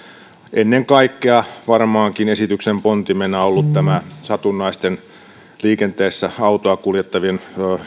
ennen kaikkea esityksen pontimena on varmaankin ollut satunnaisten liikenteessä autoa kuljettavien